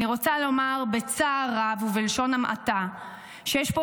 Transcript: אני רוצה לומר בצער רב ובלשון המעטה שיש פה